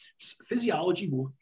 physiology